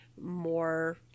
more